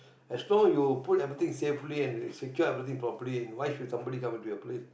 as long you put everything safely and secure everything properly why should somebody come into your place